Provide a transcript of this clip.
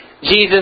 Jesus